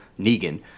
Negan